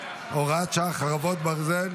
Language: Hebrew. חרבות ברזל)